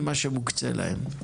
ממה שמוקצה להם?